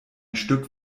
stück